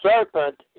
serpent